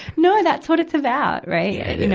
no, that's what it's about, right. you know.